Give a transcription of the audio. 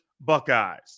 Buckeyes